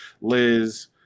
Liz